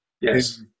Yes